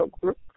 group